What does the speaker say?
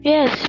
Yes